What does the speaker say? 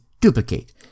duplicate